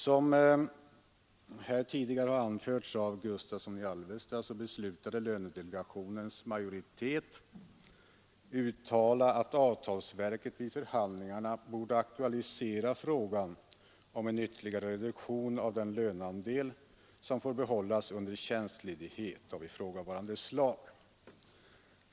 Som herr Gustavsson i Alvesta tidigare anfört beslutade lönedelegationens majoritet uttala att avtalsverket i förhandlingarna borde aktualisera frågan om en ytterligare reduktion av den löneandel som får behållas under tjänstledighet av ifrågavarande slag.